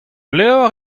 levr